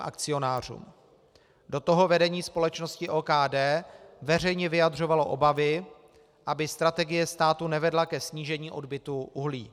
Do toho vedení společnosti OKD veřejně vyjadřovalo obavy, aby strategie státu nevedla ke snížení odbytu uhlí.